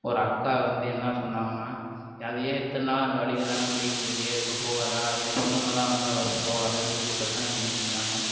ஒரு அக்கா வந்து என்ன சொன்னாங்கனால் அது ஏன் இத்தனை நாள் அந்த வழியில் தானே போயிட்டு இருக்குது ஏன் இப்போ போகாதா ஏன் பொண்ணுங்களாம் வந்தால் பஸ் போகாதானு சொல்லி பிரச்சனை பண்ணிகிட்டு இருந்தாங்க